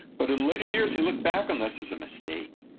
but in later years, he looked back on this as a mistake,